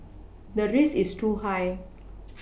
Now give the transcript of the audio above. the risk is too high